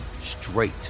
straight